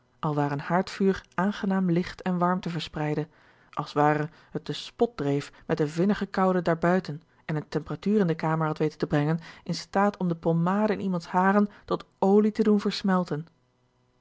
alwaar een haardvuur aangenaam licht en warmte verspreidde als ware het den spot dreef met de vinnige koude daarbuiten en eene temperatuur in de kamer had weten te brengen in staat om de pommade in iemands haren tot olie te doen versmelten